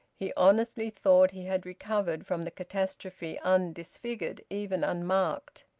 he honestly thought he had recovered from the catastrophe undisfigured, even unmarked.